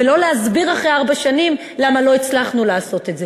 ולא להסביר אחרי ארבע שנים למה לא הצלחנו לעשות את זה,